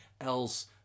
else